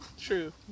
True